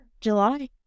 July